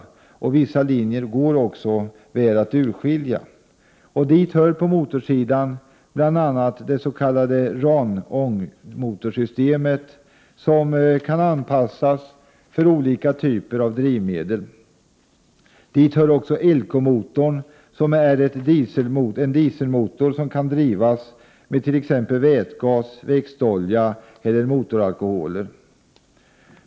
Vissa linjer går också väl att urskilja. Dit hör på motorsidan bl.a. det s.k. RAN-ångmotorsystemet, som kan anpassas för olika typer av drivmedel. Dit hör också Elko-motorn, som är en dieselmotor som kan drivas med t.ex. vätgas, växtoljor eller motoralkoholer.